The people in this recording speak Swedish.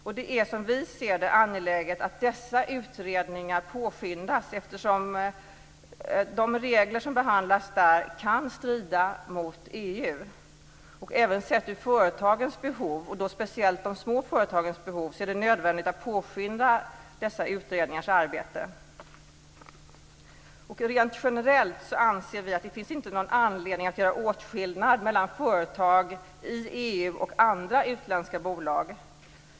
Vi ser att det är angeläget att dessa utredningar påskyndas eftersom de regler som behandlas där kan strida mot vad som gäller i EU. Sett från företagens behov, särskilt småföretagen, är det nödvändigt att påskynda dessa utredningars arbete. Rent generellt anser vi att det inte finns någon anledning att göra åtskillnad mellan företag i EU och andra utländska bolag.